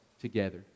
together